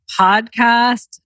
podcast